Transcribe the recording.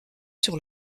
sur